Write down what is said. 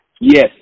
Yes